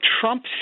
Trump